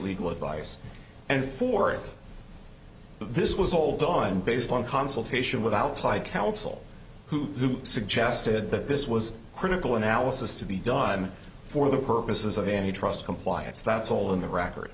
legal advice and for it this was all done based on consultation with outside counsel who suggested that this was critical analysis to be done for the purposes of any trust compliance that's all in the record